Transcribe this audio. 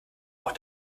auch